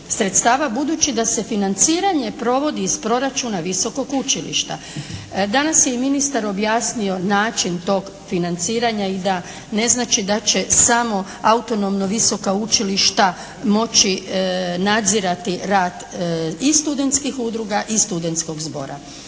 budući da se financiranje provodi iz proračuna visokog učilišta. Danas je i ministar objasnio način tog financiranja i da ne znači da će samo autonomno visoka učilišta moći nadzirati rad i studentskih udruga i studentskog zbora.